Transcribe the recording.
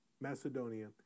Macedonia